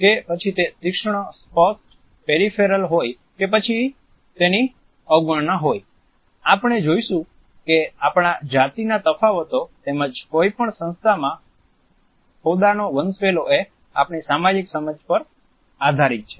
કે પછી તે તીક્ષ્ણ સ્પષ્ટ પેરિફેરલ હોય કે પછી તેની અવગણના હોય આપણે જોઇશું કે આપણા જાતિના તફાવતો તેમજ કોઈ પણ સંસ્થા માં હોદ્દાનો વંશવેલો એ આપણી સામાજીક સમજ પર આધારિત છે